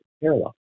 parallel